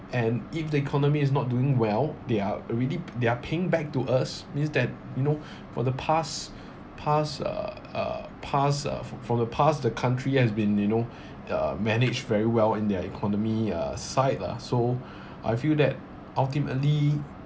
and if the economy is not doing well they're already p~ they're paying back to us means that you know for the past past uh uh past uh for from the past the country has been you know uh managed very well in their economy uh side lah so I feel that ultimately